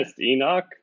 Enoch